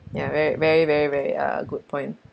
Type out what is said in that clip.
ya ve~ very very uh good point